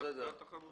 אנחנו בעד תחרות.